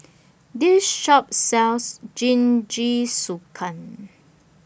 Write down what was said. This Shop sells Jingisukan